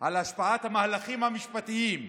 על השפעת המהלכים המשפטיים,